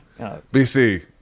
BC